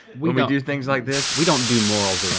we we do things like this. we don't do morals around